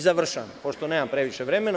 Završavam, pošto nemam previše vremena.